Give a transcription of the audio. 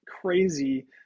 crazy